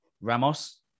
Ramos